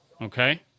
Okay